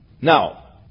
Now